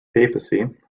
papacy